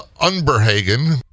Unberhagen